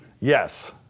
Yes